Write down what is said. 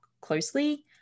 closely